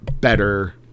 Better